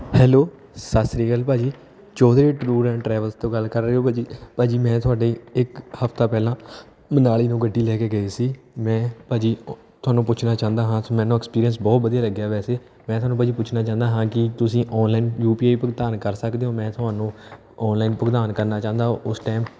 hello ਸਤਿ ਸ਼੍ਰੀ ਅਕਾਲ ਭਾਅ ਜੀ ਚੌਧਰੀ ਟੂਰ ਐਂਡ ਟਰੈਵਲਸ ਤੋਂ ਗੱਲ ਕਰ ਰਹੇ ਹੋ ਭਾਅ ਜੀ ਭਾਅ ਜੀ ਮੈਂ ਤੁਹਾਡੇ ਇੱਕ ਹਫ਼ਤਾ ਪਹਿਲਾਂ ਮਨਾਲੀ ਨੂੰ ਗੱਡੀ ਲੈ ਕੇ ਗਏ ਸੀ ਮੈਂ ਭਾਅ ਜੀ ਤੁਹਾਨੂੰ ਪੁੱਛਣਾ ਚਾਹੁੰਦਾ ਹਾਂ ਕਿ ਮੈਨੂੰ ਐਕਸਪੀਰੀਅੰਸ ਬਹੁਤ ਵਧੀਆ ਲੱਗਿਆ ਵੈਸੇ ਮੈਂ ਤੁਹਾਨੂੰ ਭਾਅ ਜੀ ਪੁੱਛਣਾ ਚਾਹੁੰਦਾ ਹਾਂ ਕਿ ਤੁਸੀਂ ਔਨਲਾਈਨ ਯੂ ਪੀ ਆਈ ਭੁਗਤਾਨ ਕਰ ਸਕਦੇ ਹੋ ਮੈਂ ਤੁਹਾਨੂੰ ਔਨਲਾਈਨ ਭੁਗਤਾਨ ਕਰਨਾ ਚਾਹੁੰਦਾ ਉਸ ਟੈਮ